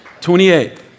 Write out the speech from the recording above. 28